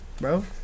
bro